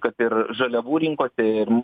kad ir žaliavų rinkose ir